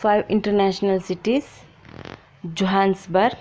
Foy international cities Johannes burg